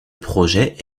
projet